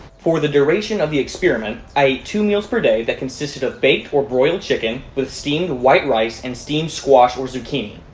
for the duration of the experiment i ate two meals per day that consisted of baked or broiled chicken with steamed white rice and steamed squash or zucchini.